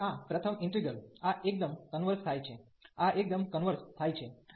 તેથી આ પ્રથમ ઇન્ટિગ્રલ આ એકદમ કન્વર્ઝ થાય છે આ એકદમ કન્વર્ઝ થાય છે